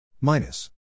minus